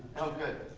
oh, good.